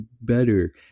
better